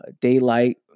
daylight